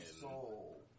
soul